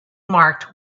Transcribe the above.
marked